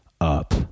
up